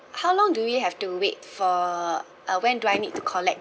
how long do we have to wait for uh when do I need to collect